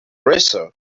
wrestle